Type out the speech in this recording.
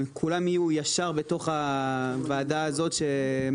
כולם יהיו בתוך הוועדה בזאת?